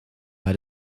bij